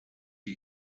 you